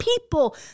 people